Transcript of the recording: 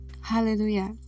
Hallelujah